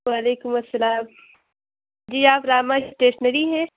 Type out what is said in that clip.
و علیکم السلام جی آپ راما اسٹیشنری ہیں